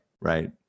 right